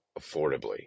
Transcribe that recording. affordably